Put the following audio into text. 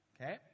Okay